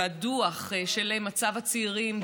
והדוח של מצב הצעירים,